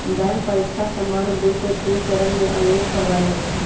bank परीकछा सामान्य दू से तीन चरण में आयोजित करबायल जाइ छइ